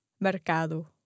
mercado